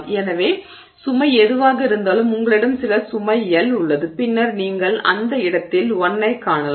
எனவே சுமை எதுவாக இருந்தாலும் உங்களிடம் சில சுமை L உள்ளது பின்னர் நீங்கள் அந்த இடத்தில் 1 ஐக் காணலாம்